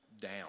down